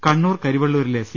കണ്ണൂർ കരിവെള്ളൂരിലെ സി